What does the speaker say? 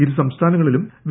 ഇരു സംസ്ഥാനങ്ങളിലും വി